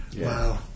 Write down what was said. Wow